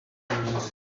music